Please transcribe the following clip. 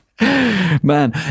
man